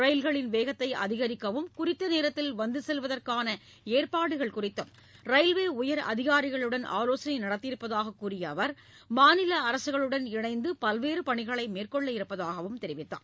ரயில்களின் வேகத்தை அதிகரிக்கவும் குறித்த நேரத்தில் வந்து செல்வதற்கான ஏற்பாடுகள் குறித்தும் ரயில்வே உயர் அதிகாரிகளுடன் ஆலோசனை நடத்தியிருப்பதாக கூறிய அவர் மாநில அரசுகளுடன் இணைந்து பல்வேறு பணிகளை மேற்கொள்ள இருப்பதாகவும் தெரிவித்தார்